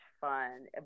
fun